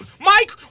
Mike